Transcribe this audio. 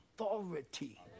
authority